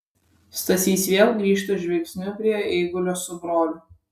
stasys vėl grįžta žvilgsniu prie eigulio su broliu